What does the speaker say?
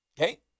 Okay